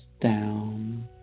down